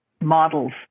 models